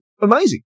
amazing